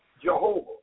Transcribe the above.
Jehovah